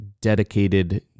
dedicated